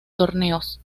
torneos